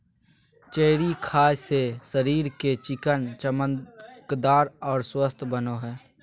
cherry खाय से शरीर के स्किन चमकदार आर स्वस्थ बनो हय